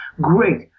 great